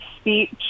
speech